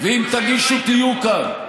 ואם תגישו, תהיו כאן,